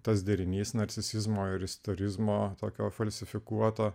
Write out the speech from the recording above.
tas derinys narcisizmo ir istorizmo tokio falsifikuoto